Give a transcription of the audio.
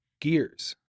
gears